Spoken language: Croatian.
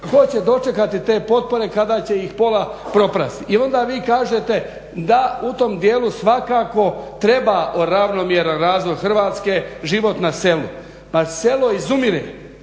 Tko će dočekati te potpore kada će ih pola propasti? I onda vi kažete da u tom dijelu svakako treba ravnomjeran razvoj Hrvatske život na selu. Pa selo izumire